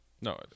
No